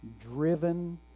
driven